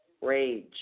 Rage